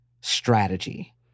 strategy